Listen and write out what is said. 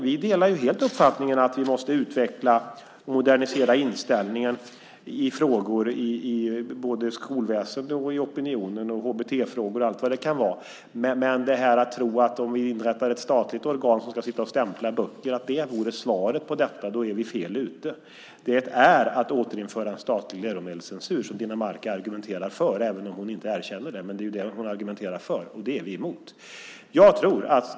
Vi delar helt uppfattningen att vi måste utveckla och modernisera inställningen i både skolväsendet och opinionen när det gäller HBT-frågor och allt vad det kan vara. Men om man tror att svaret på detta är att vi inrättar ett statligt organ som ska sitta och stämpla böcker, då är vi fel ute. Det är att återinföra en statlig läromedelscensur, och det är det som Rossana Dinamarca argumenterar för även om hon inte erkänner det. Och det är vi emot.